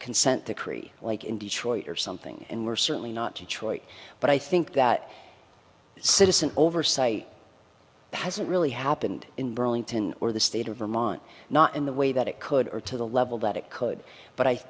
consent decree like in detroit or something and we're certainly not detroit but i think that citizen oversight hasn't really happened in burlington or the state of vermont not in the way that it could or to the level that it could but i